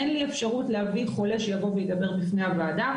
אין לי אפשרות להביא חולה שיבוא וידבר בפני הוועדה,